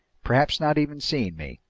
perhaps not even seeing me.